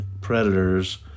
predators